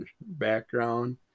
background